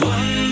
One